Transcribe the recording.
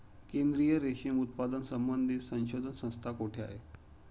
केंद्रीय रेशीम उत्पादन संबंधित संशोधन संस्था कोठे आहे?